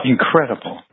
Incredible